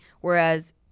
whereas